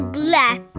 black